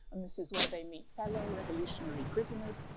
and this is where they meet fellow revolutionary prisoners,